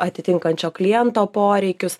atitinkančio kliento poreikius